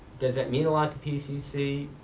does that mean a lot to pcc?